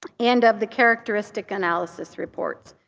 and of the characteristic analysis reports.